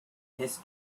his